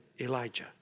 Elijah